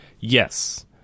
Yes